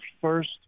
first